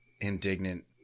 indignant